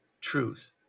truth